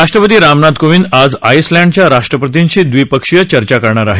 राष्ट्रपती रामनाथ कोविंद आज आईसलँडच्या राष्ट्रपतींशी दवीपक्षीय चर्चा करणार आहेत